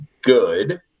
good